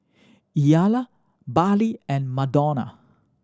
Ila Bartley and Madonna